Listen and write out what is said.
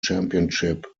championship